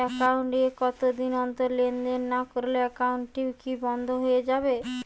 Account এ কতদিন অন্তর লেনদেন না করলে একাউন্টটি কি বন্ধ হয়ে যাবে?